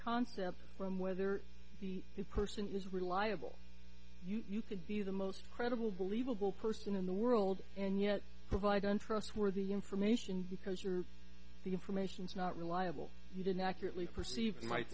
concept from whether the person is reliable you could be the most credible believable person in the world and yet provide untrustworthy information because you're the information's not reliable you didn't accurately perceive might